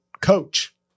coach